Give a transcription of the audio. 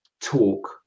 Talk